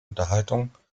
unterhaltung